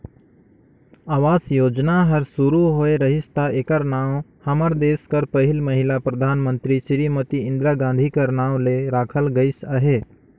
आवास योजना हर सुरू होए रहिस ता एकर नांव हमर देस कर पहिल महिला परधानमंतरी सिरीमती इंदिरा गांधी कर नांव ले राखल गइस अहे